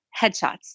headshots